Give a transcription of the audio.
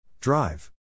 Drive